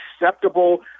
acceptable